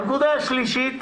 הנקודה השלישית,